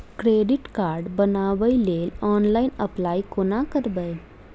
Credit card बनाबै लेल online apply कोना करबै?